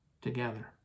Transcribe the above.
together